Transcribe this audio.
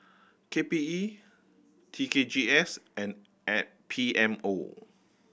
K P E T K G S and and P M O